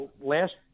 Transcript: Last